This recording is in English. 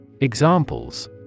Examples